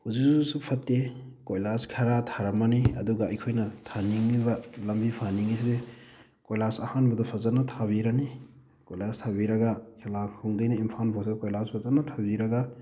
ꯍꯧꯖꯤꯛ ꯍꯧꯖꯤꯛꯁꯨ ꯐꯠꯇꯦ ꯀꯣꯏꯂꯥꯁ ꯈꯔ ꯊꯥꯔꯝꯃꯅꯤ ꯑꯗꯨꯒ ꯑꯩꯈꯣꯏꯅ ꯊꯥꯅꯤꯡꯉꯤꯕ ꯂꯝꯕꯤ ꯐꯍꯟꯅꯤꯡꯉꯤꯁꯤꯗ ꯀꯣꯏꯂꯥꯁ ꯑꯍꯥꯟꯕꯗ ꯐꯖꯅ ꯊꯥꯕꯤꯔꯅꯤ ꯀꯣꯏꯂꯥꯁ ꯊꯥꯕꯤꯔꯒ ꯈꯦꯂꯥꯈꯣꯡꯗꯩꯅ ꯏꯝꯐꯥꯜ ꯐꯥꯎꯁꯤ ꯀꯣꯏꯂꯥꯁ ꯐꯖꯅ ꯊꯥꯕꯤꯔꯒ